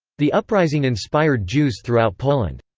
the uprising inspired jews throughout poland.